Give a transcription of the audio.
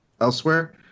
elsewhere